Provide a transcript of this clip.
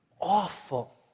awful